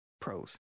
pros